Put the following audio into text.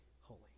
holy